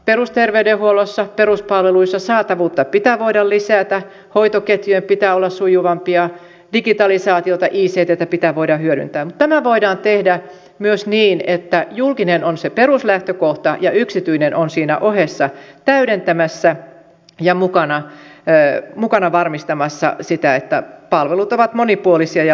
perusterveydenhuollossa peruspalveluissa saatavuutta pitää voida lisätä hoitoketjujen pitää olla sujuvampia digitalisaatiota icttä pitää voida hyödyntää mutta tämä voidaan tehdä myös niin että julkinen on se peruslähtökohta ja yksityinen on siinä ohessa täydentämässä ja mukana varmistamassa sitä että palvelut ovat monipuolisia ja laajoja